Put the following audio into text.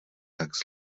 tak